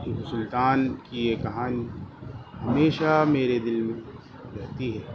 ٹیپو سلطان کی یہ کہانی ہمیشہ میرے دل میں رہتی ہے